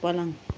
पलङ